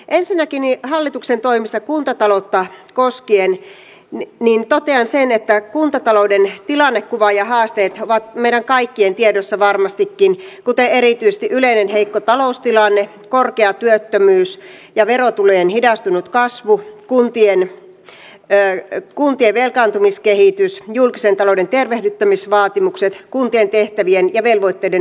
ensinnäkin hallituksen toimista kuntataloutta koskien totean sen että kuntatalouden tilannekuva ja haasteet ovat meidän kaikkien tiedossa varmastikin kuten erityisesti yleinen heikko taloustilanne korkea työttömyys ja verotulojen hidastunut kasvu kuntien velkaantumiskehitys julkisen talouden tervehdyttämisvaatimukset kuntien tehtävien ja velvoitteiden karsimisen tarve